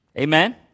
Amen